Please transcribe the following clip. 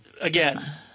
again –